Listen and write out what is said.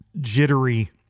jittery